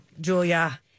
Julia